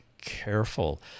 careful